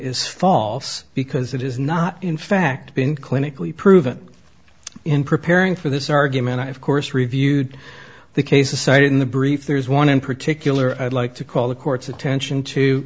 is false because it is not in fact been clinically proven in preparing for this argument and of course reviewed the cases cited in the brief there's one in particular i'd like to call the court's attention to